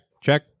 check